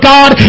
God